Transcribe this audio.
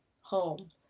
home